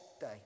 day